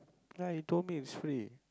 right he told me is free